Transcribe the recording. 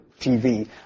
TV